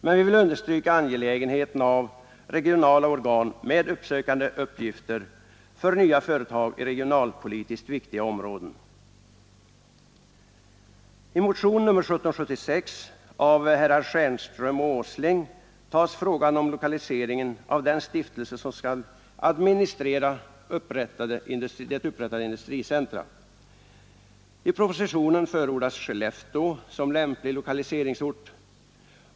Men vi vill understryka angelägenheten av regionala organ med uppsökande uppgifter för nya företag i regionalpolitiskt viktiga områden. I motion nr 1776 av herrar Stjernström och Åsling upptas frågan om lokaliseringen av den stiftelse som skall administrera upprättade industricentra. I propositionen förordas Skellefteå som lämplig lokaliseringsort.